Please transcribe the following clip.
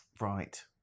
Right